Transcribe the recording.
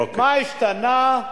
מה השתנה?